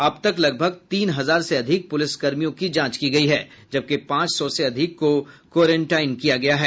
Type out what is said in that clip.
अब तक लगभग तीन हजार से अधिक पुलिस कर्मियों की जांच की गयी है जबकि पांच सौ से अधिक को क्वारंटाइन किया गया है